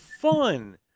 fun